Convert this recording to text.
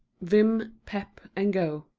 vim, pep and go.